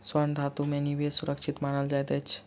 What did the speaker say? स्वर्ण धातु में निवेश सुरक्षित मानल जाइत अछि